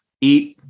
eat